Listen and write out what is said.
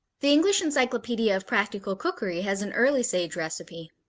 the english encyclopedia of practical cookery has an early sage recipe